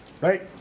right